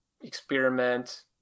Experiment